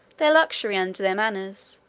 their luxury, and their manners,